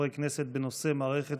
אשר כדאי לשלמו" עד כאן, סוף ציטוט.